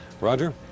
Roger